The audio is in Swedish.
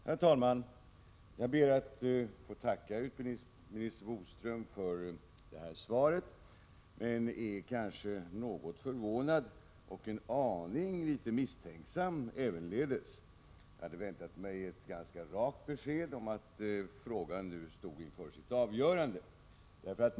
Herr talman! Jag ber att få tacka utbildningsminister Bodström för detta svar. Man är kanske något förvånad och ävenledes en aning misstänksam, men jag hade väntat mig ett ganska rakt besked om att frågan nu stod inför sitt avgörande.